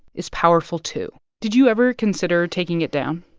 is powerful, too did you ever consider taking it down?